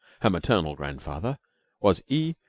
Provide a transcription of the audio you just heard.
her maternal grandfather was e.